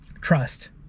trust